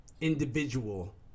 individual